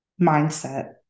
mindset